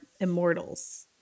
immortals